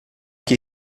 que